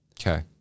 Okay